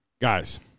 Guys